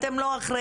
אתם לא אחראיים,